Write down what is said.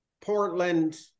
Portland